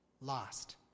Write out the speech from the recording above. lost